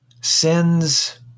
sends